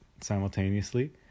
simultaneously